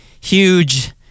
Huge